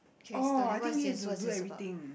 oh I think you have to do everything